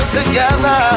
together